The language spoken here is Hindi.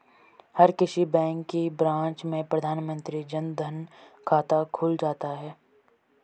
हर किसी बैंक की ब्रांच में प्रधानमंत्री जन धन खाता खुल जाता है